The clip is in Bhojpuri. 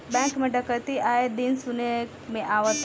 बैंक में डकैती आये दिन सुने में आवता